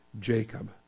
Jacob